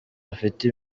bafite